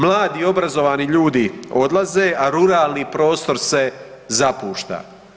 Mladi i obrazovani ljudi odlaze a ruralni prostor se zapušta.